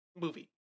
movie